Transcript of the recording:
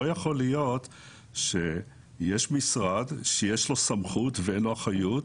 לא יכול להיות שיש משרד שיש לו סמכות ואין לו אחריות,